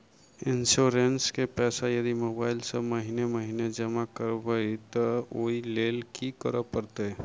Insurance केँ पैसा यदि मोबाइल सँ महीने महीने जमा करबैई तऽ ओई लैल की करऽ परतै?